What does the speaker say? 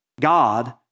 God